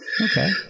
Okay